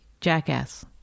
Jackass